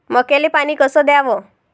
मक्याले पानी कस द्याव?